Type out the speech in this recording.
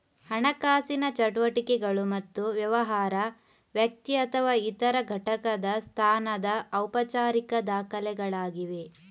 ಹಣಕಾಸಿನ ಚಟುವಟಿಕೆಗಳು ಮತ್ತು ವ್ಯವಹಾರ, ವ್ಯಕ್ತಿ ಅಥವಾ ಇತರ ಘಟಕದ ಸ್ಥಾನದ ಔಪಚಾರಿಕ ದಾಖಲೆಗಳಾಗಿವೆ